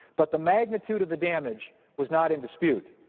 but the magnitude of the damage was not in dispute.